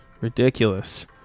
Ridiculous